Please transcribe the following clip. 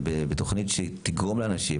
בתוכנית שתגרום לאנשים.